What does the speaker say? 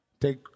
take